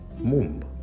Mumb